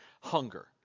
hunger